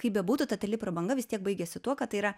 kaip bebūtų ta ideali prabanga vis tiek baigiasi tuo kad tai yra